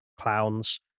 clowns